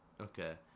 okay